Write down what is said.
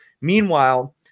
Meanwhile